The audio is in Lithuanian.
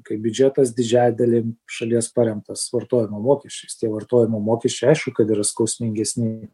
kai biudžetas didžiąja dalim šalies paremtas vartojimo mokesčiais vartojimo mokesčiai aišku kad yra skausmingesni